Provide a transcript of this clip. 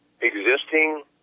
existing